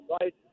right